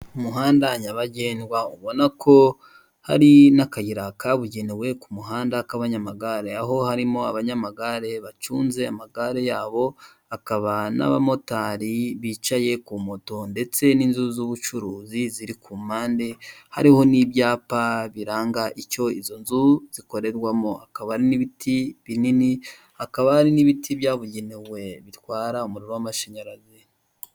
Umuhanda nyabagendwa ubona ko hari nakayira kabugenewe kari ku muhanda waba nyamagare, aho harimo abanyamagare bacunze amagare yabo ,hakaba naba motari bicaye kuri moto ndetse n'inzu z'ubucuruzi ziri ku mpande hariho n' ibyapa biranga icyo izo nzu zikoreramo .Hakaba hari n'ibiti binini hakaba n'ibiti bya bugenewe bitwara umuriro wama shanyarazi .